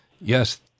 yes